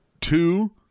two